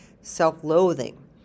self-loathing